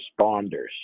responders